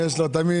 יש לו תמיד.